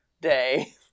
day